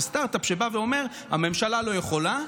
זה סטרטאפ שבא ואומר: הממשלה לא יכולה,